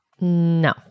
No